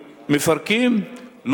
מפרקים,